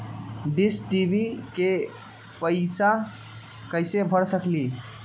Dish TV के पैईसा कईसे भर सकली?